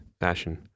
fashion